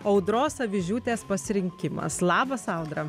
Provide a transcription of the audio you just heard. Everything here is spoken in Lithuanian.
audros avižiūtės pasirinkimas labas audra